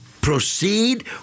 proceed